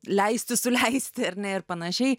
leistis suleisti ar ne ir panašiai